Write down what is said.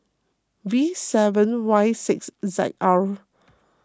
V seven Y six Z R